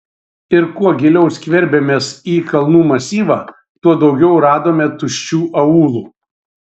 ir kuo giliau skverbėmės į kalnų masyvą tuo daugiau radome tuščių aūlų